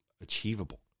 achievable